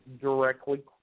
directly